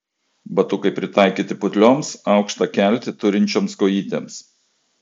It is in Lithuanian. batukai pritaikyti putlioms aukštą keltį turinčioms kojytėms